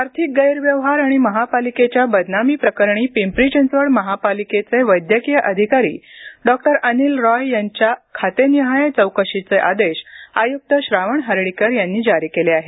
आर्थिक गैरव्यवहार आणि महापालिकेच्या बदनामी प्रकरणी पिंपरी चिचवड महापालिकेचे वैद्यकीय अधिकारी डॉक्टर अनिल रॉय यांच्या खातेनिहाय चौकशीचे आदेश आय्क्त श्रावण हर्डीकर यांनी जारी केले आहेत